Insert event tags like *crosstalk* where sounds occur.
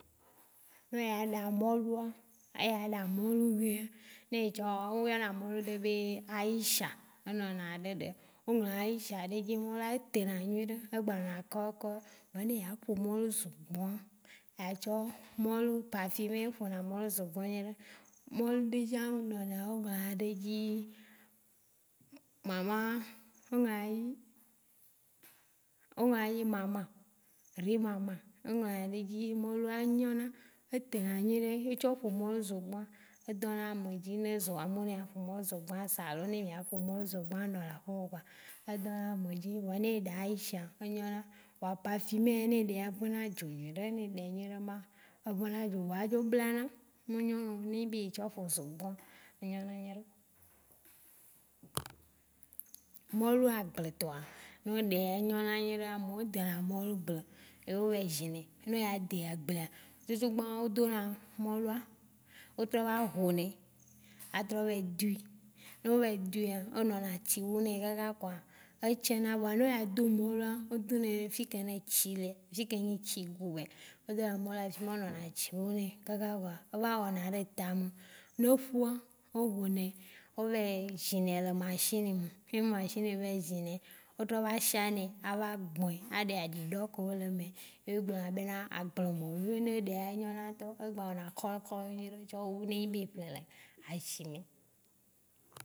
No oya ɖa mɔlua, eya ɖa mɔlu via, o yɔna mɔlu ɖe be Aïcha, enɔna ɖeɖe. O ŋlɔ Aïcha ɖe dzi la ete na nyuiɖe. Egba na kɔkɔ. Vɔa ne eya ƒo mɔlu zogbɔ̃a, a tsɔ mɔlu parfumé eƒona mɔlu zogbɔ̃ nyuiɖe. Mɔlu ɖe tsã nɔna o ŋlɔ ɖe dzi maman, o ŋlɔna ɖe dzi maman, riz maman. Eŋlɔna ɖe dzi, mɔlua nyɔna, ete na nyuiɖe. N etsɔ ƒo mɔlu zogbɔ̃a si edɔ̃na ame dzi ne o zɔ̃mɔ̃ ne ya ƒo mɔlu zogbɔ̃ asa alo aƒo mɔlu zogbɔ̃ ne a nu le aƒe kpɔa, edɔna ameo dzi vɔa ne eɖa Aïcha edɔna. Parfumé ya ne eɖɛa ekpe na dzo nyuiɖe ne ɖɛ nyuiɖe ma, eʋe na dzo vɔa edzo bla na, me nyo nao. Ne enyi be etsɔ ƒo zogbɔ̃ enyɔna nyire. Mɔlu agble tɔa, neo ɖɛa enyo na nyuiɖe. Ameɔ danɛ mɔlu gble, ye o vɛ zinɛ. No o ya de agblea tutu gbã o do na mɔlua, o trɔ va hunɛ a trɔ va yi dui, n ɔlo va yi dui ya, enɔna tsi me kaka kpɔa, etse na vɔa ne eya do mɔlua, o do nɛ fike ne etsi lea, fike nyi etsi *unintelligible* o dona mɔlu le afima onɔna tsi wunɛ kaka kpɔa o va wɔna ɖe ta me, no ƒua, o kɔnɛ, ovɛ zinɛ le machine me ye machine vɛ zinɛ, o trɔ va shiã nɛ, a va gbɔe, a ɖe aɖiɖɔ ko le mea ye o gblɔna be na agblɔmɔ be ne eɖea enyɔna ŋtɔ, egba wɔna kɔlɔ kɔlɔ nyuiɖe tsɔ wu ne enyi be e ƒle le ashi me.